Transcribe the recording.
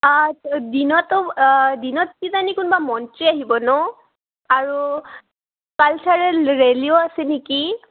অঁ দিনতো দিনত কিজানি কোনোবা মন্ত্ৰী আহিব ন আৰু কালচাৰেল ৰেলিও আছে নেকি